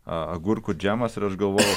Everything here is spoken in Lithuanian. agurkų džemas ir aš galvoju